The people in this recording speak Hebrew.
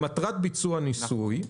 למטרת ביצוע ניסוי,